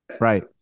Right